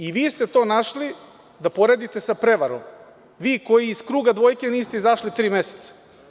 I vi ste to našli da poredite sa prevarom, vi koji iz kruga dvojke niste izašli tri meseca.